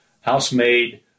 house-made